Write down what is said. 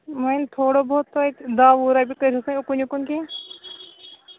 وۅنۍ تھوڑا بہت توتہِ دَہ وُہ رۄپیہِ کٔرِو تُہۍ اُکُن یِکُن کیٚنٛہہ